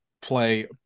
play